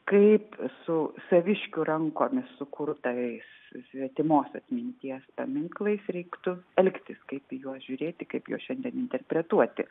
kaip su saviškių rankomis sukurtais svetimos atminties paminklais reiktų elgtis kaip į juos žiūrėti kaip jau šiandien interpretuoti